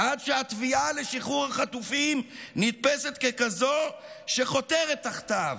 עד שהתביעה לשחרור החטופים נתפסת ככזו שחותרת תחתיו.